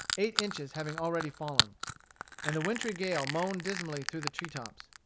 eight inches having already fallen and the wintry gale moaned dismally through the treetops.